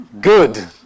Good